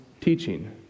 teaching